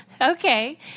Okay